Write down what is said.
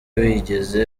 wigeze